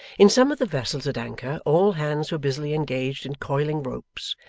in some of the vessels at anchor all hands were busily engaged in coiling ropes,